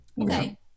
okay